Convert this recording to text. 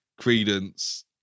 Credence